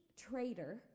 traitor